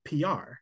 PR